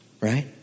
Right